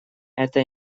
это